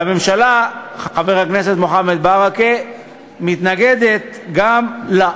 והממשלה, חבר הכנסת מוחמד ברכה, מתנגדת גם לה.